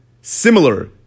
similar